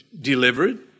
delivered